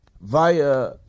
via